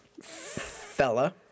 fella